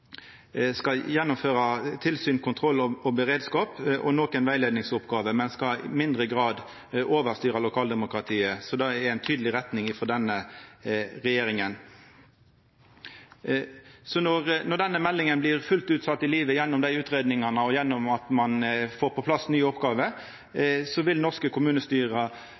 skal gjennomføra tilsyn, kontroll, beredskap og nokre rettleiingsoppgåver, men skal i mindre grad overstyra lokaldemokratiet. Det er ei tydeleg retning frå denne regjeringa. Når denne meldinga fullt ut blir sett ut i livet gjennom utgreiingane og gjennom at ein får på plass nye oppgåver, vil tida til norske